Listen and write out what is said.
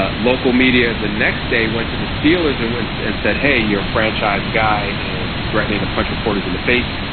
ah local media the next day went to the steelers and went and said hey you're a franchise guy is threatening to punch reporters in the face.